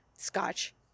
Scotch